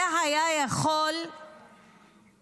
זה היה יכול להסתיים,